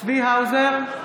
צבי האוזר,